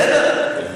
בסדר,